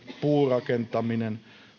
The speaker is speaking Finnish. puurakentaminen